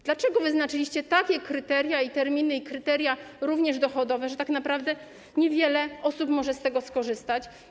Dlaczego wyznaczyliście takie kryteria i terminy, także kryteria dochodowe, że tak naprawdę niewiele osób może z tego skorzystać?